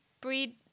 breed